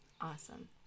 Awesome